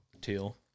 teal